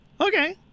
Okay